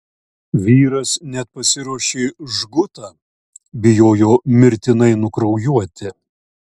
vyras net pasiruošė žgutą bijojo mirtinai nukraujuoti